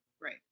Right